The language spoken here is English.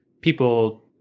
people